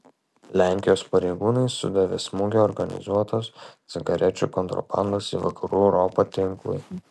lenkijos pareigūnai sudavė smūgį organizuotos cigarečių kontrabandos į vakarų europą tinklui